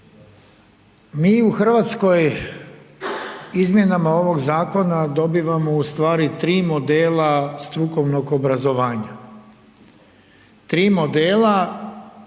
Mi u Hrvatskoj izmjenama ovog zakona dobivamo tri modela strukovnog obrazovanja. Tri modela